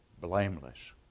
blameless